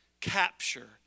capture